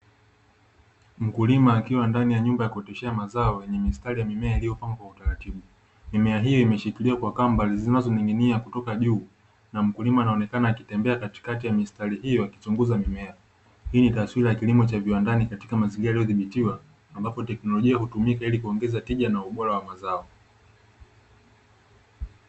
Mkulima akiwa ndani ya nyumba ya kuoteshea mazao ni mistari ya mimea yaliyopangwa kwa utaratibu, mimea hiyo imeshikiliwa kwa kamba zinazoning'inia kutoka juu na mkulima anaonekana akitembea katikati ya mistari hiyo akichunguza mimea, hii ni taswira ya kilimo cha viwandani katika mazingira yaliyodhibitiwa ambapo teknolojia hutumika ili kuongeza tija na ubora wa mazao.